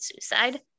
suicide